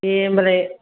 दे होमबालाय